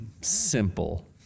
simple